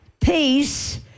peace